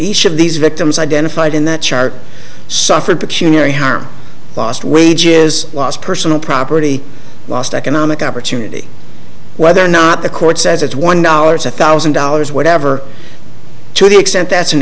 each of these victims identified in that chart suffered peculiar harm lost wages lost personal property lost economic opportunity whether or not the court says it's one dollars one thousand dollars whatever to the extent that's an